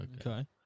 Okay